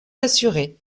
assuré